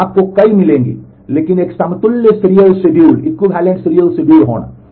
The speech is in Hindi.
तो आपको कई मिलेंगी लेकिन एक समतुल्य सीरियल शेड्यूल होना